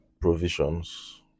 provisions